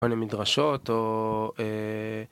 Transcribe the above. למדרשות או אה..